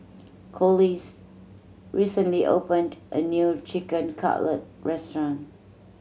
Corliss recently opened a new Chicken Cutlet Restaurant